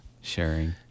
sharing